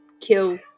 kill